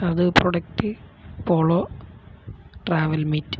അത് product Polo travel mate